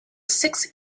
six